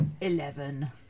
Eleven